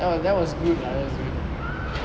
that that was good lah that was good